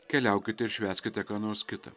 keliaukite ir švęskite ką nors kita